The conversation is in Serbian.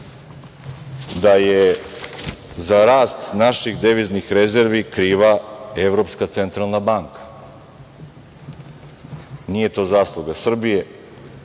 da je za rast naših deviznih rezervi kriva Evropska centralna banka. Nije to zasluga.